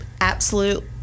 absolute